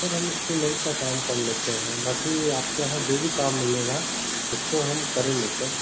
sir हम instrument का काम कर लेते हैं बाकी आपके यहाँ जो भी काम मिलेगा उसको हम करेंगे सर